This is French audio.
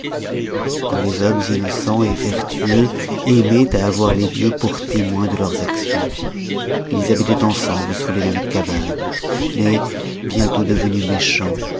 quand les hommes innocens vertueux aimoient à avoir les dieux pour témoins de leurs actions ils habitoient ensemble sous les mêmes cabanes mais bientôt devenus méchants